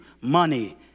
Money